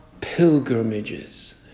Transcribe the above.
pilgrimages